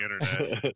internet